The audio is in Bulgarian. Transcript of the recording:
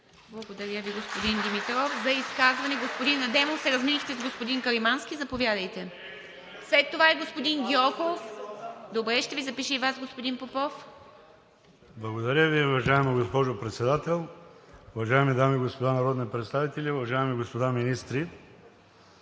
Благодаря Ви, господин Димитров. За изказване – господин Адемов, разменихте се с господин Каримански. Заповядайте. След това е господин Гьоков. (Реплика.) Добре, ще Ви запиша и Вас, господин Попов. ХАСАН АДЕМОВ (ДПС): Благодаря Ви, уважаема госпожо Председател. Уважаеми дами и господа народни представители, уважаеми господа министри!